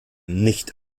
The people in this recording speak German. nicht